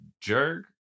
jerk